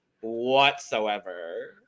whatsoever